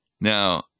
Now